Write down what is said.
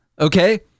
Okay